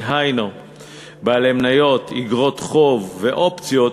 דהיינו בעלי מניות, איגרות חוב ואופציות,